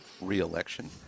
re-election